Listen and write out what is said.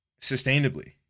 sustainably